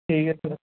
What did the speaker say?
ਠੀਕ ਹੈ ਸਰ